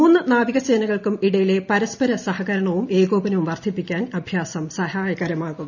മുന്ന് നാവികസേനകൾക്കും ഇട്ടയിലെ പരസ്പര സഹകരണവും ഏകോപനവും വർധിപ്പിക്കാൻ അഭ്യാസം സഹായകരമാകും